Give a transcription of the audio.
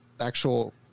actual